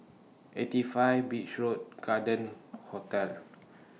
eighty five Beach Road Garden Hotel